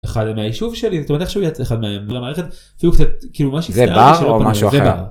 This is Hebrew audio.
אחד מהיישוב שלי זאת אומרת איך שהוא יצא אחד מעובדים במערכת אפילו קצת כאילו ממש, זה בר או משהו אחר.